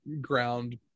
ground